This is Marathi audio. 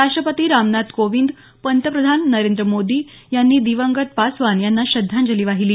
राष्टपती रामनाथ कोविंद पंतप्रधान नरेंद्र मोदी यांनी दिवंगत पासवान यांना श्रद्धांजली वाहिली